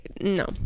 no